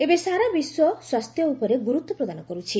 ଏବେ ସାରା ବିଶ୍ୱ ସ୍ୱାସ୍ଥ୍ୟ ଉପରେ ଗୁରୁତ୍ୱ ପ୍ରଦାନ କରୁଛି